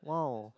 wow